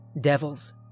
devils